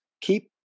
keep